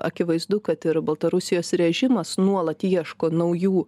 akivaizdu kad ir baltarusijos režimas nuolat ieško naujų